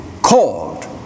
called